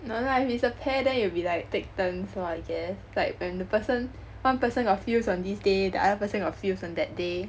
no lah if it's a pair then you will be like take turns lor I guess like when the person one person got feels on this day the other person got feels on that day